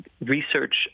research